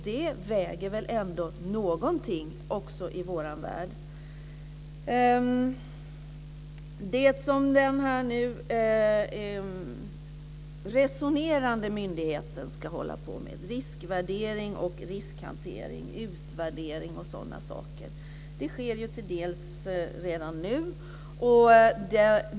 Det väger väl ändå någonting också i vår värld. Den nu resonerande myndigheten ska hålla på med riskvärdering, riskhantering, utvärdering och sådana saker. Det sker till dels redan nu.